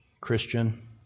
Christian